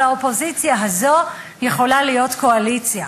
אבל האופוזיציה הזאת יכולה להיות קואליציה,